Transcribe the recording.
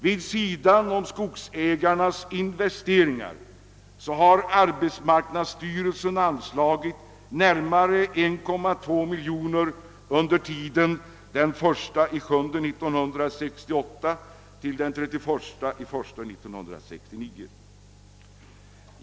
Vid sidan om skogsägarnas investeringar har arbetsmarknadsstyrelsen anslagit närmare 1,2 miljon kronor under tiden den 1 juli 1968 — den 31 januari 1969.